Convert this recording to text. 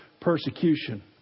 persecution